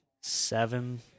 seven